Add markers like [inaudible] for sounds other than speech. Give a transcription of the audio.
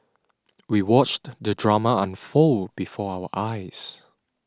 [noise] we watched the drama unfold before our eyes